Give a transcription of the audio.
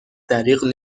دریغ